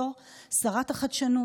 בתור שרת החדשנות.